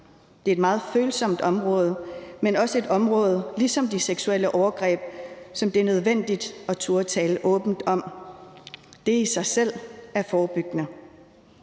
Det er et meget følsomt område, men også et område – ligesom de seksuelle overgreb – som det er nødvendigt at turde tale åbent om. Det er i sig selv forebyggende.